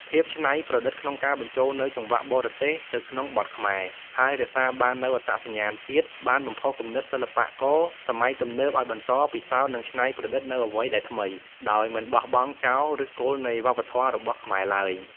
ភាពច្នៃប្រឌិតក្នុងការបញ្ចូលនូវចង្វាក់បរទេសទៅក្នុងបទខ្មែរ ហើយរក្សាបាននូវអត្តសញ្ញាណជាតិ បានបំផុសគំនិតសិល្បករសម័យទំនើបឱ្យបន្ត ពិសោធន៍ និងច្នៃប្រឌិត នូវអ្វីដែលថ្មី ដោយមិនបោះបង់ចោលឫសគល់នៃវប្បធម៌របស់ខ្មែរឡើយ ។